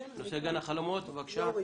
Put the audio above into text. בבקשה.